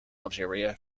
algeria